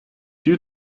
due